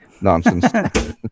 nonsense